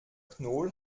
knoll